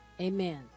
Amen